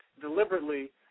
deliberately